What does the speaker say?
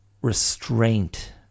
restraint